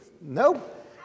Nope